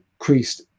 increased